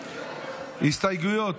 הסתייגויות,